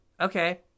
Okay